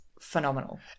phenomenal